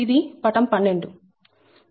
ఇది పటం 12